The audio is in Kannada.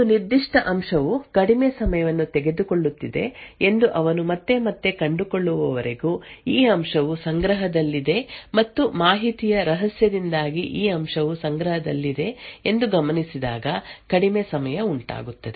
ಒಂದು ನಿರ್ದಿಷ್ಟ ಅಂಶವು ಕಡಿಮೆ ಸಮಯವನ್ನು ತೆಗೆದುಕೊಳ್ಳುತ್ತಿದೆ ಎಂದು ಅವನು ಮತ್ತೆ ಮತ್ತೆ ಕಂಡುಕೊಳ್ಳುವವರೆಗೂ ಈ ಅಂಶವು ಸಂಗ್ರಹದಲ್ಲಿದೆ ಮತ್ತು ಮಾಹಿತಿಯ ರಹಸ್ಯದಿಂದಾಗಿ ಈ ಅಂಶವು ಸಂಗ್ರಹದಲ್ಲಿದೆ ಎಂದು ಗಮನಿಸಿದಾಗ ಕಡಿಮೆ ಸಮಯ ಉಂಟಾಗುತ್ತದೆ